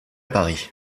paris